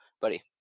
Buddy